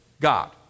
God